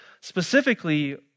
specifically